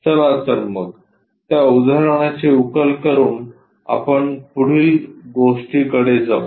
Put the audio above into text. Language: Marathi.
चला तर मग त्या उदाहरणाची उकल करून आपण पुढील गोष्टीकडे जाऊ